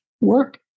work